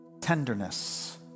Tenderness